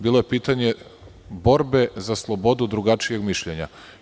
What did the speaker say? Bilo je pitanje borbe za slobodu drugačijeg mišljenja.